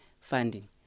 funding